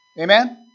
Amen